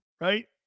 Right